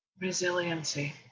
Resiliency